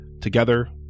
Together